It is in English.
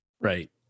Right